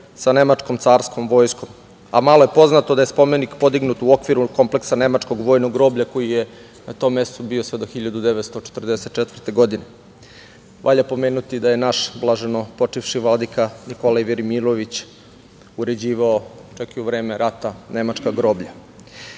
sa nemačkom carskom vojskom. Malo je poznato da je spomenik podignut u okviru kompleksa nemačkog vojnog groblja koje je na tom mestu bilo sve do 1944. godine. Valja pomenuti da je naš blaženopočevši Vladika Nikolaj Velimirović uređivao čak i u vreme rata nemačka groblja.